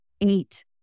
eight